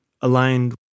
aligned